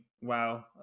wow